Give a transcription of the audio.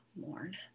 mourn